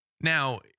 Now